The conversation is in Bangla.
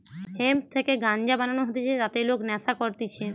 হেম্প থেকে গাঞ্জা বানানো হতিছে যাতে লোক নেশা করতিছে